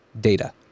data